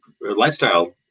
lifestyle